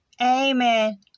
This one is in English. amen